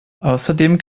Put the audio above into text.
außerdem